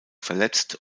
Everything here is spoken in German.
verletzt